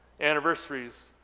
Anniversaries